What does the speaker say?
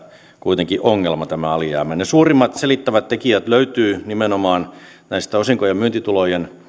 kuitenkin ongelma ne suurimmat selittävät tekijät löytyvät nimenomaan näistä osinko ja myyntitulojen